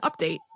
update